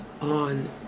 on